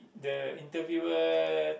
the interviewer